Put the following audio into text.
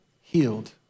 healed